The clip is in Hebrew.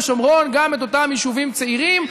ושומרון גם את אותם יישובים צעירים,